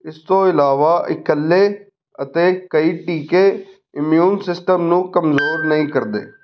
ਇਸ ਤੋਂ ਇਲਾਵਾ ਇਕੱਲੇ ਅਤੇ ਕਈ ਟੀਕੇ ਇਮਿਊਨ ਸਿਸਟਮ ਨੂੰ ਕਮਜ਼ੋਰ ਨਹੀਂ ਕਰਦੇ